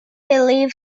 believe